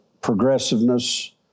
progressiveness